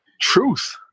Truth